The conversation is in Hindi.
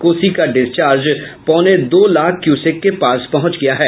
कोसी का डिस्चार्ज पौने दो लाख क्यूसेक के पास पहुंच गया है